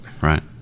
Right